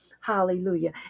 hallelujah